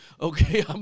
okay